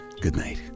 Goodnight